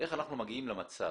איך אנחנו מגיעים למצב